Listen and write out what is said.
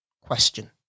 question